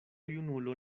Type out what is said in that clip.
junulo